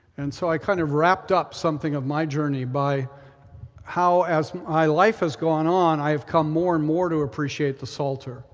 and so i kind of wrapped up something of my journey by how as my life has gone on, i have come more and more to appreciate the psalter